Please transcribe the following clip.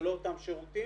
זה לא אותם שירותים,